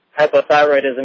hypothyroidism